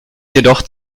jedoch